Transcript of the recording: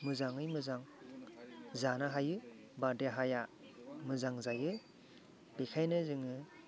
मोजाङै मोजां जानो हायोबा देहाया मोजां जायो बेखायनो जोङो